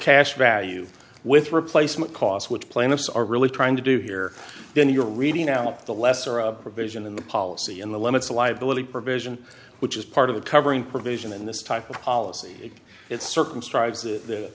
cash value with replacement costs which plaintiffs are really trying to do here then your reading out the lesser of provision in the policy in the limits a liability provision which is part of the covering provision in this type of policy it circumscribes the